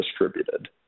distributed